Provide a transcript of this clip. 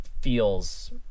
feels